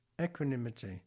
Equanimity